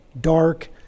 dark